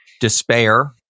despair